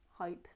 Hope